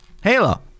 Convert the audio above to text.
halo